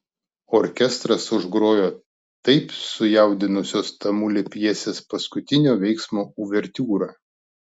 orkestras užgrojo taip sujaudinusios tamulį pjesės paskutinio veiksmo uvertiūrą